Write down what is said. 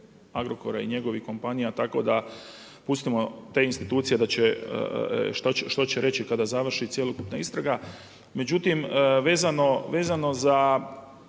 Agrokora i njegovih kompanija, tako da pustimo te institucije što će reći kada završi cjelokupna istraga. Međutim, vezano za,